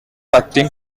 acting